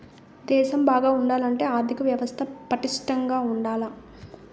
దేశం బాగా ఉండాలంటే ఆర్దిక వ్యవస్థ పటిష్టంగా ఉండాల